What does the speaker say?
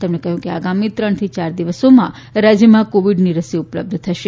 તેમણે કહ્યું કે આગામી ત્રણથી યાર દિવસોમાં રાજ્યમાં કોવિડની રસી ઉપલબ્ધ થશે